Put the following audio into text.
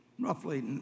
roughly